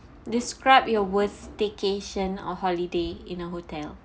describe your worst staycation or holiday in a hotel